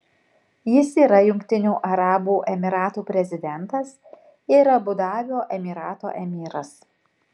jis yra jungtinių arabų emyratų prezidentas ir abu dabio emyrato emyras